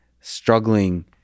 struggling